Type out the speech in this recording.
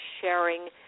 sharing